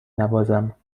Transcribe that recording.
نوازم